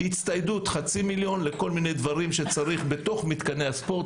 הצטיידות חצי מיליון לכל מיני דברים שצריך בתוך מתקני הספורט,